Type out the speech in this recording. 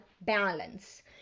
balance